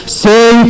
say